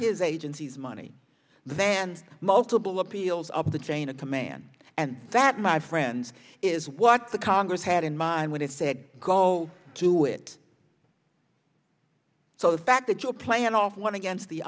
his agency's money than multiple appeals up the chain of command and that my friends is what the congress had in mind when he said go to it so the fact that you're playing off one against the